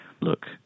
look